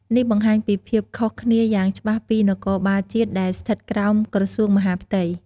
នេះបង្ហាញពីភាពខុសគ្នាយ៉ាងច្បាស់ពីនគរបាលជាតិដែលស្ថិតក្រោមក្រសួងមហាផ្ទៃ។